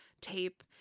tape